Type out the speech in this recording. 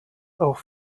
auch